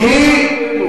השר איתן, זו לא דרכנו.